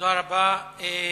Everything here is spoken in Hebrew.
תודה רבה.